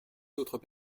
d’autres